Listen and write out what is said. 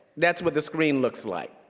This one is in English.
that's what the screen looks like.